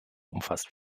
umfasst